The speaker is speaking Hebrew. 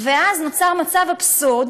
ואז נוצר מצב אבסורדי